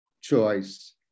choice